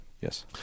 Yes